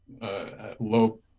low